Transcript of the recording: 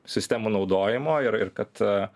sistemų naudojimo ir ir kad a